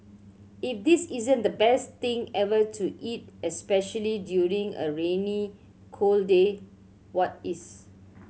if this isn't the best thing ever to eat especially during a rainy cold day what is